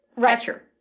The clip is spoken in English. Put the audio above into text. catcher